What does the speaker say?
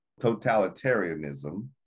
totalitarianism